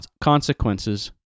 consequences